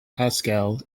haskell